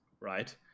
right